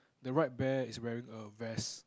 the right bear is wearing a vest